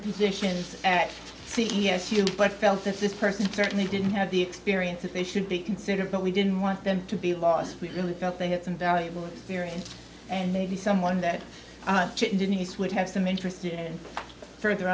positions at c s u but felt that this person certainly didn't have the experience that they should be considered but we didn't want them to be lost we really felt they had some valuable experience and maybe someone that denise would have some interest in further